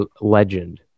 legend